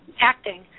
acting